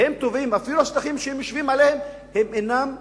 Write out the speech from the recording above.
והם תובעים,